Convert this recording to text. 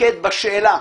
מתמקד בשאלה